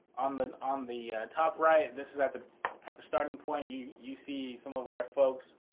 on the on the top right, this is at the starting point. you you see some of our folks